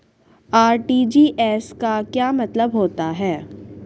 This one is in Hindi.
आर.टी.जी.एस का क्या मतलब होता है?